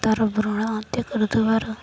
ତା'ର ଭୃଣ ହତ୍ୟା କରିଦବାରୁ